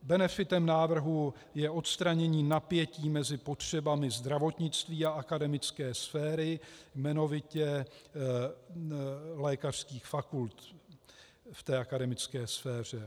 Benefitem návrhu je odstranění napětí mezi potřebami zdravotnictví a akademické sféry, jmenovitě lékařských fakult v akademické sféře.